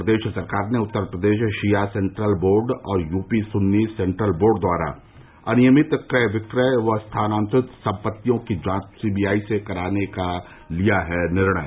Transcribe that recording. प्रदेश सरकार ने उत्तर प्रदेश शिया सेन्ट्रल बोर्ड और यू पी सुन्नी सेन्ट्रल बोर्ड द्वारा अनियमित क्रय विक्रय व स्थान्तरित सम्पत्तियों की जांच सी बी आई से कराये जाने का लिया है निर्णय